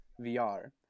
VR